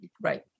Right